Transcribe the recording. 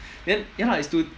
then ya lah it's to